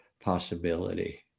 possibility